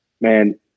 man